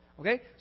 Okay